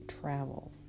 travel